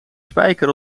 spijker